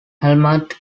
helmut